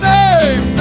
name